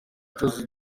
jose